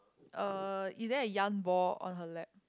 uh is there a yarn ball on her left